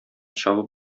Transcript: чабып